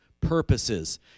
purposes